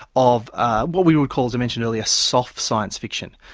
of what we would call as i mentioned earlier a soft science fiction,